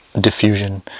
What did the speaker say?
diffusion